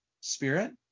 spirit